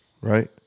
right